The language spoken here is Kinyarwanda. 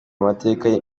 amateka